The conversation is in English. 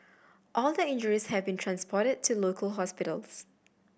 all the injuries have been transported to local hospitals